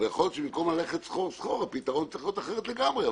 יכול להיות שבמקום ללכת סחור-סחור הפתרון צריך להיות אחר לגמרי,